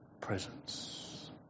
presence